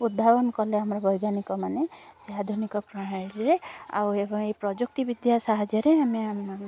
ଉଦ୍ଭାବନ କଲେ ଆମ ବୈଜ୍ଞାନିକ ମାନେ ଆଧୁନିକ ପ୍ରଣାଳୀରେ ଆଉ ଏଭଳି ପ୍ରଯୁକ୍ତିବିଦ୍ୟା ସାହାଯ୍ୟରେ ଆମେ ଆମର